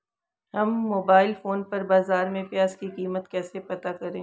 हम mobile phone पर बाज़ार में प्याज़ की कीमत कैसे पता करें?